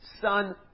Son